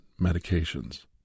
medications